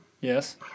Yes